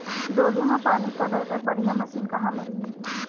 डोली म पानी पलोए बर बढ़िया मशीन कहां मिलही?